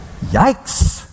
Yikes